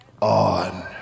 on